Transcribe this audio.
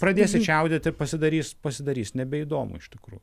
pradėsi čiaudėt ir pasidarys pasidarys nebeįdomu iš tikrų